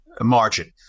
margin